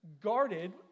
guarded